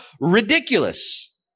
ridiculous